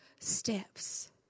steps